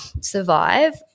survive